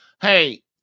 Hey